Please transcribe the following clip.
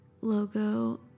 logo